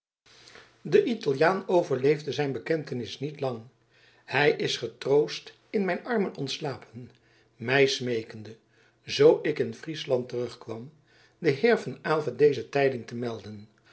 de italiaan overleefde zijn bekentenis niet lang hij is getroost in mijn arm ontslapen mij smeekende zoo ik in friesland terugkwam den heer van aylva deze tijding te melden